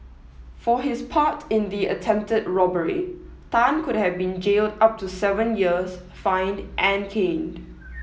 for his part in the attempted robbery Tan could have been jailed up to seven years fined and caned